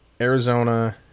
Arizona